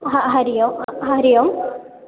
हा हरिः ओम् हरिः ओम्